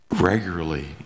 regularly